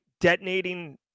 detonating